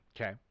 Okay